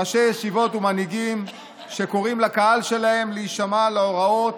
ראשי ישיבות ומנהיגים שקוראים לקהל שלהם להישמע להוראות.